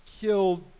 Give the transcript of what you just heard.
killed